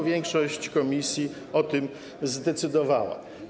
Większość komisji o tym zdecydowała.